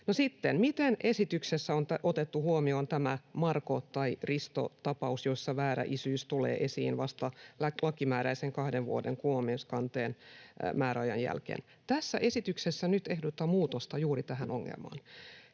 sitten esityksessä on otettu huomioon nämä Marko- tai Risto-tapaukset, joissa väärä isyys tulee esiin vasta lakimääräisen kahden vuoden kumoamiskanteen määräajan jälkeen? Tässä esityksessä nyt ehdotetaan muutosta juuri tähän ongelmaan.